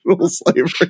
slavery